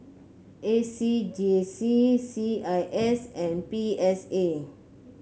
A C J C C I S and P S A